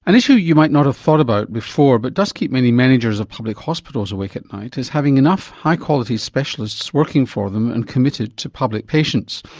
and issue you might not have thought about before but does keep many managers of public hospitals awake at night, is having enough high quality specialists working for them and committed to public patients.